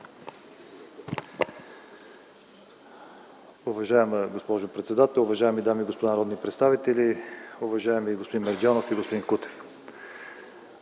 Уважаема госпожо председател, уважаеми дами и господа народни представители, уважаеми господин Георгиев, господин